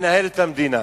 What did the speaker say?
אנהל את המדינה.